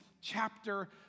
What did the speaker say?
chapter